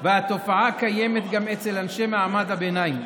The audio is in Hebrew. והתופעה קיימת גם אצל אנשי מעמד הביניים,